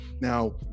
now